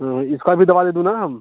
हाँ हाँ इसका भी दवा दे दूँ न हम